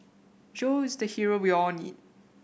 Joe is the hero we all need